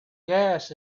gas